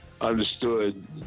understood